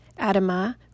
Adama